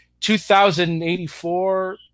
2084